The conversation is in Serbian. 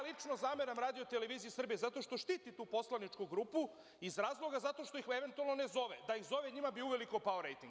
Lično zameram Radio-televiziji Srbije zato što štiti tu poslaničku grupu, iz razloga zato što ih eventualno ne zove, jer, da ih zove, njima bi uveliko pao rejting.